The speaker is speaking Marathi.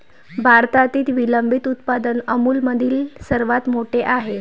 भारतातील विलंबित उत्पादन अमूलमधील सर्वात मोठे आहे